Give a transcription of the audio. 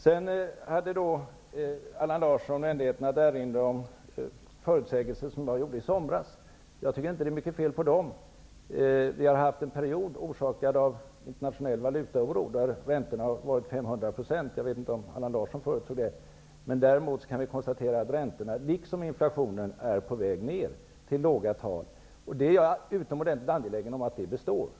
Sedan hade Allan Larsson vänligheten att erinra om förutsägelser som jag gjorde i somras. Jag tycker inte att det är så mycket fel på dem. Vi har haft en period orsakad av internationell valutaoro där räntorna har varit 500 %. Jag vet inte om Allan Larsson förutsåg det. Vi kan däremot konstatera att räntorna, liksom inflationen, nu är på väg ner till låga tal. Jag är utomordentligt angelägen om att det består.